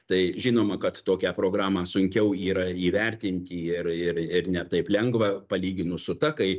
tai žinoma kad tokią programą sunkiau yra įvertinti ir ir ir ne taip lengva palyginus su ta kai